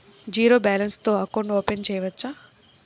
Zero balance తో account open చేయవచ్చు?